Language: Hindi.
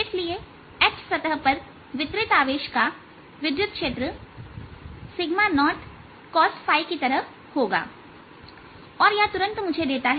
इसलिए H सतह पर वितरित आवेश का विद्युत क्षेत्र 0cosϕकी तरह होगा और यह तुरंत मुझे देता है